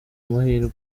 amahirwe